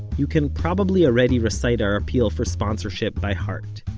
you've can probably already recite our appeal for sponsorship by heart.